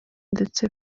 ndetse